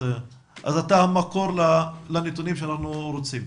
כך שאתה המקור לנתונים שאנחנו רוצים.